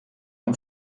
amb